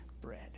bread